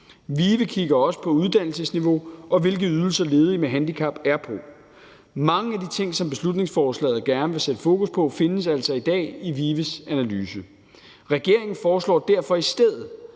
VIVE kigger også på uddannelsesniveau, og hvilke ydelser ledige med handicap er på. Mange af de ting, som beslutningsforslaget gerne vil sætte fokus på, findes altså i dag i VIVE's analyse. Kl. 15:41 Regeringen foreslår derfor i stedet,